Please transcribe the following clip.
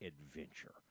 adventure